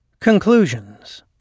Conclusions